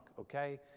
okay